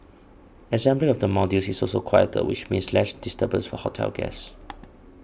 assembly of the modules is also quieter which means less disturbance for hotel guests